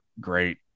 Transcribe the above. great